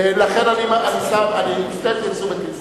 לכן הפניתי את תשומת לבך.